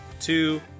two